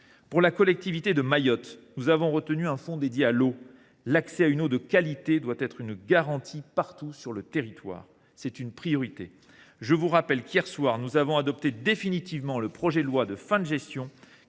Pour la collectivité de Mayotte, nous avons retenu un fonds dédié à l’eau. L’accès à une eau de qualité doit être garanti partout sur le territoire : c’est une priorité. Je vous rappelle d’ailleurs qu’hier soir nous avons adopté définitivement le projet de loi de finances de fin